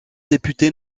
député